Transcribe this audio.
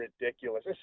ridiculous